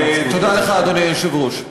תודה לך, אדוני היושב-ראש.